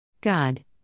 God